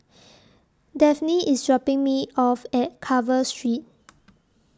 Dafne IS dropping Me off At Carver Street